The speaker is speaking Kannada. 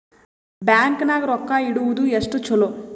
ಬ್ಯಾಂಕ್ ನಾಗ ರೊಕ್ಕ ಇಡುವುದು ಎಷ್ಟು ಚಲೋ?